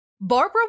Barbara